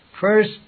First